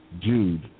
Jude